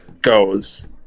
goes